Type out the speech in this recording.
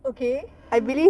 okay